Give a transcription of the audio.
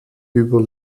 über